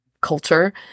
culture